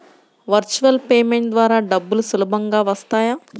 Virtual payment ద్వారా డబ్బులు సులభంగా వస్తాయా?